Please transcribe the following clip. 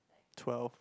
twelve